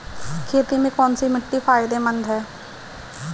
खेती में कौनसी मिट्टी फायदेमंद है?